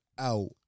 out